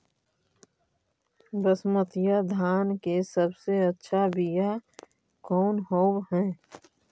बसमतिया धान के सबसे अच्छा बीया कौन हौब हैं?